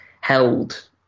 held